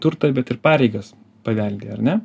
turtą bet ir pareigas paveldi ar ne